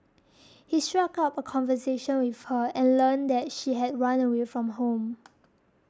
he struck up a conversation with her and learned that she had run away from home